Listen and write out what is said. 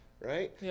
Right